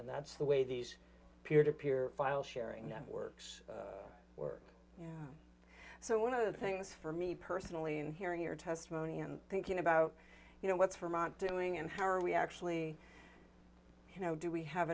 and that's the way these peer to peer file sharing networks work so one of the things for me personally in hearing your testimony and thinking about you know what's from on doing and how are we actually you know do we have